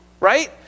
Right